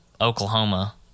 Oklahoma